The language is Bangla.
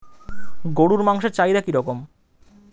গরুর মাংসের চাহিদা কি রকম?